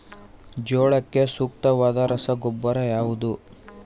ಜೋಳಕ್ಕೆ ಸೂಕ್ತವಾದ ರಸಗೊಬ್ಬರ ಯಾವುದು?